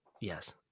Yes